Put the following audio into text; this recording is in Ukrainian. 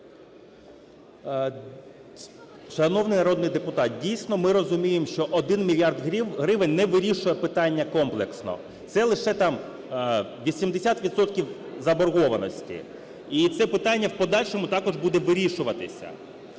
Шановний народний депутате, дійсно, ми розуміємо, що 1 мільярд гривень не вирішує питання комплексно, це лише там 80 відсотків заборгованості. І це питання в подальшому також буде вирішуватися.